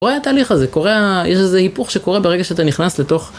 קורה התהליך הזה קורה יש איזה זה היפוך שקורה ברגע שאתה נכנס לתוך.